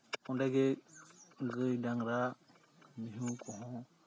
ᱚᱸᱰᱮ ᱜᱮ ᱜᱟᱹᱭ ᱰᱟᱝᱨᱟ ᱢᱤᱦᱩ ᱠᱚᱦᱚᱸ